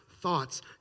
thoughts